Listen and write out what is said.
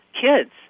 kids